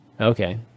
Okay